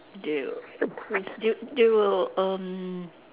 they will assist they they will erm